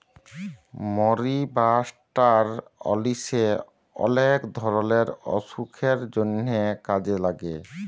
মরি বা ষ্টার অলিশে অলেক ধরলের অসুখের জন্হে কাজে লাগে